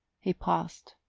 he paused.